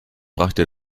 brachte